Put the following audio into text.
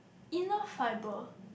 inner fibre